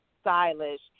stylish